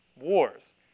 wars